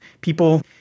people